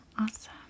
Awesome